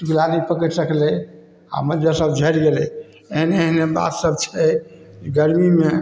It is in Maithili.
टिकला नहि पकड़ि सकलै आओर मज्जरसब झड़ि गेलै एहन एहन बात सब छै गरमीमे